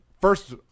first